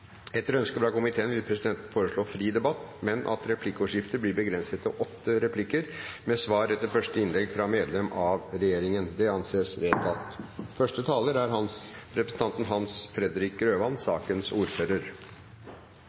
Etter ønske fra kontroll- og konstitusjonskomiteen vil presidenten foreslå fri debatt, men at replikkordskiftet blir begrenset til åtte replikker med svar etter første innlegg fra medlem av regjeringen. – Det anses vedtatt.